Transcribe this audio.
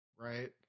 right